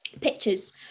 pictures